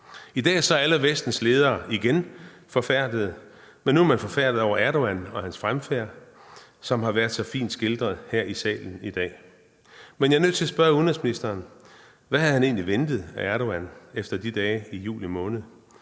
I dag er alle Vestens ledere igen forfærdede, men nu er man forfærdet over Erdogan og hans fremfærd, som er blevet så fint skildret her i salen i dag. Men jeg er nødt til at spørge udenrigsministeren: Hvad havde man egentlig ventet af Erdogan efter de dage i juli måned?